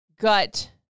gut